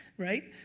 right?